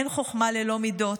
אין חוכמה ללא מידות,